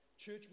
Church